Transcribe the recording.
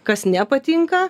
kas nepatinka